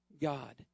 God